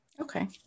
Okay